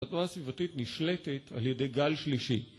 התנועה הסביבתית נשלטת על ידי גל שלישי